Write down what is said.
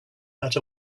that